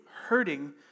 hurting